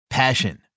Passion